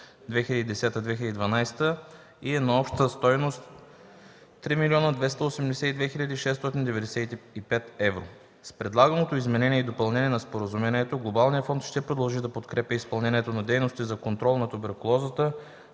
(2010-2012 г.) и е на обща стойност 3 млн. 282 хил. 695 евро. С предлаганото изменение и допълнение на Споразумението Глобалният фонд ще продължи да подкрепя изпълнението на дейности за контрол на туберкулозата,